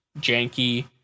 janky